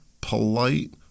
polite